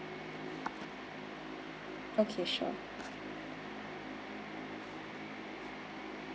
okay sure